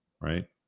right